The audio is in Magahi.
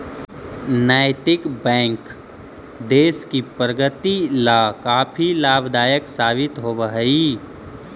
नैतिक बैंक देश की प्रगति ला काफी लाभदायक साबित होवअ हई